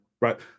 Right